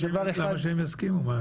למה שהם יסכימו?